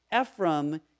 Ephraim